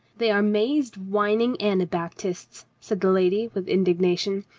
they are mazed whining anabaptists, said the lady with indignation.